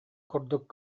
курдук